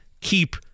keep